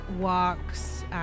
walks